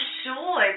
sure